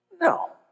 No